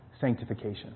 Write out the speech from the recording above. sanctification